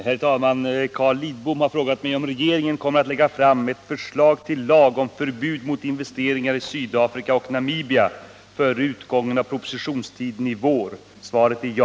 Herr talman! Carl Lidbom har frågat mig om regeringen kommer att lägga fram ett förslag till lag om förbud mot investeringar i Sydafrika och Namibia före utgången av propositionstiden i vår. Svaret är ja.